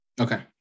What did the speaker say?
Okay